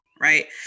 right